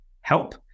help